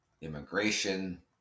immigration